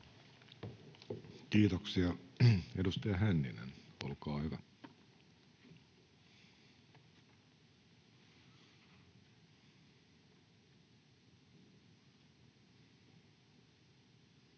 Kiitoksia. — Edustaja Hänninen, olkaa hyvä. Arvoisa